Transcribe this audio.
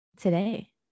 today